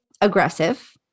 aggressive